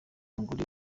umugore